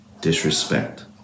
disrespect